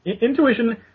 Intuition